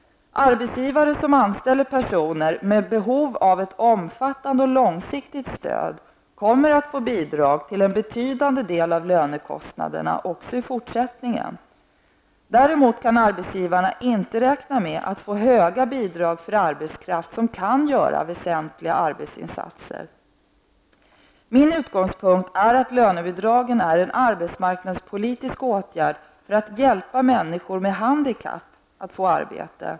Arbetsgivare som anställer personer med behov av ett omfattande och långsiktigt stöd, kommer att få bidrag till en betydande del av lönekostnaderna också i fortsättningen. Däremot kan arbetsgivarna inte räkna med att få höga bidrag för arbetskraft som kan göra väsentliga arbetsinsatser. Min utgångspunkt är att lönebidragen är en arbetsmarknadspolitisk åtgärd för att hjälpa människor med handikapp att få arbete.